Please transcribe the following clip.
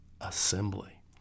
assembly